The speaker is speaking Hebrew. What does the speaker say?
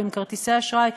או עם כרטיסי אשראי,